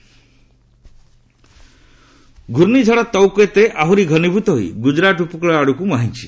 cyclone ଘୂର୍ଣ୍ଣିଝଡ଼ Tauktae ଆହୁରି ଘନିଭୂତ ହୋଇ ଗୁଜରାଟ ଉପକୂଳ ଆଡ଼କୁ ମୁହାଁଇଛି